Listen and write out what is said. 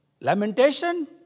Lamentation